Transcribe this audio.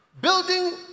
Building